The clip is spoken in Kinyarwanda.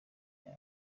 yawe